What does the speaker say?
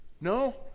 No